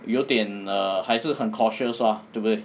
有点 err 还是很 cautious lor 对不对